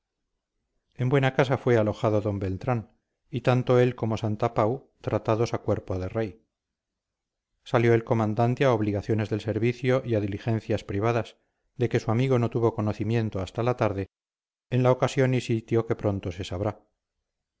en buena casa fue alojado don beltrán y tanto él como santapau tratados a cuerpo de rey salió el comandante a obligaciones del servicio y a diligencias privadas de que su amigo no tuvo conocimiento hasta la tarde en la ocasión y sitio que pronto se sabrá